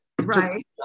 Right